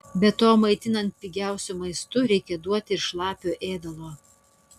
be to maitinant pigiausiu maistu reikia duoti ir šlapio ėdalo